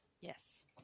Yes